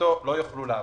דה-פקטו לא יוכלו לעבוד.